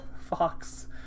Fox